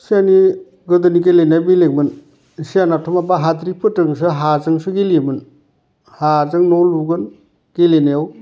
सेनि गोदोनि गेलेनाया बेलेगमोन सिगांनाथ' माबा हाद्रिफोरजोंसो हाजोंसो गेलेयोमोन हाजों न' लुगोन गेलेनायाव